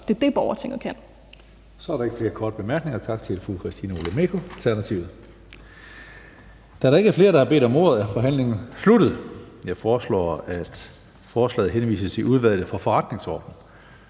(Karsten Hønge): Så er der ikke flere korte bemærkninger. Tak til fru Christina Olumeko, Alternativet. Da der ikke er flere, der har bedt om ordet, er forhandlingen sluttet. Jeg foreslår, at forslaget til folketingsbeslutning